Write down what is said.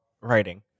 writing